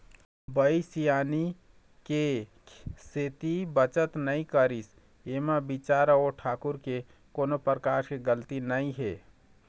बाई सियानी के सेती बचत नइ करिस ऐमा बिचारा ओ ठाकूर के कोनो परकार के गलती नइ हे